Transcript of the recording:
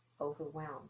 overwhelmed